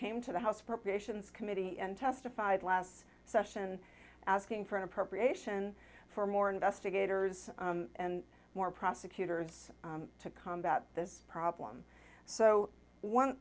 came to the house appropriations committee and testified last session asking for an appropriation for more investigators and more prosecutors to combat this problem so one